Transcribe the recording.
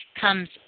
comes